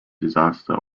disaster